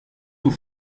nous